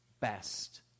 best